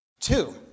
Two